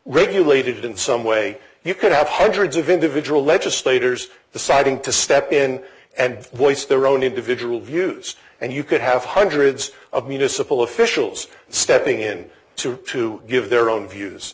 regulated in some way you could have hundreds of individual legislators the siding to step in and voice their own individual views and you could have hundreds of municipal officials stepping in to to give their own views